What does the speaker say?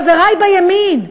חברי בימין,